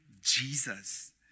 jesus